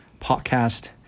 podcast